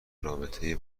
رابطه